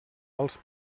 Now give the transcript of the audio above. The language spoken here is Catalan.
els